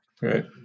Right